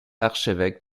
archevêque